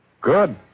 Good